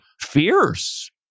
fierce